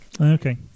Okay